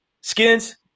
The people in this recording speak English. Skins